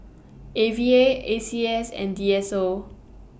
A V A A C S and D S O